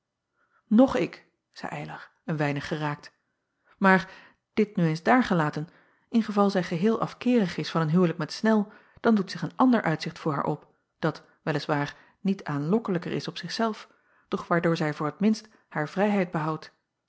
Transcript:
och ik zeî ylar een weinig geraakt maar dit nu eens daargelaten in geval zij geheel afkeerig is van een huwelijk met nel dan doet zich een ander uitzicht voor haar op dat wel is waar niet aanlokkelijker is op acob van ennep laasje evenster delen zich zelf doch waardoor zij voor t minst haar vrijheid behoudt